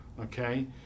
okay